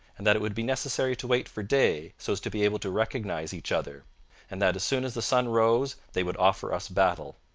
and that it would be necessary to wait for day so as to be able to recognize each other and that as soon as the sun rose they would offer us battle.